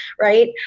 right